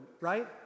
right